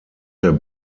der